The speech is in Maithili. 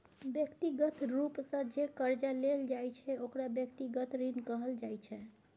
व्यक्तिगत रूप सँ जे करजा लेल जाइ छै ओकरा व्यक्तिगत ऋण कहल जाइ छै